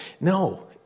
No